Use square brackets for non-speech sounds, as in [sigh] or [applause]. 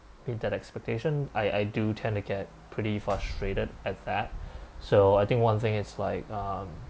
meet that expectation I I do tend to get pretty frustrated at that [breath] so I think one thing it's like um